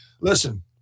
listen